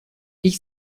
ich